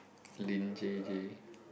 Lin-J_J